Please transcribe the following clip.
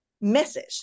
message